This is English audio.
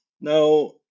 Now